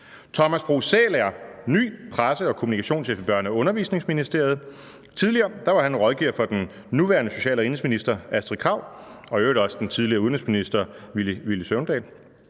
Thomas Bro Sæhl er ny presse- og kommunikationschef i Børne- og Undervisningsministeriet; han var tidligere rådgiver for den nuværende social- og indenrigsminister Astrid Krag og i øvrigt også for den tidligere udenrigsminister Villy Søvndal.